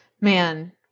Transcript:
man